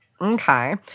okay